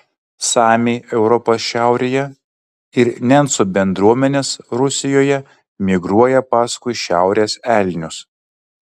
samiai europos šiaurėje ir nencų bendruomenės rusijoje migruoja paskui šiaurės elnius